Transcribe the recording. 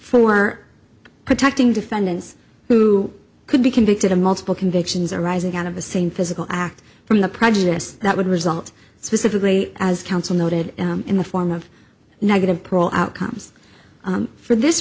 for protecting defendants who could be convicted of multiple convictions arising out of the same physical act from the prejudice that would result specifically as counsel noted in the form of negative parole outcomes for this